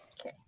Okay